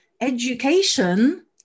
education